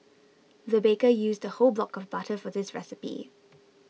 the baker used a whole block of butter for this recipe